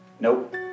Nope